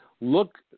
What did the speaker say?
Look